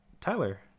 tyler